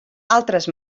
altres